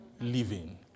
living